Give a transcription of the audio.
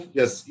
yes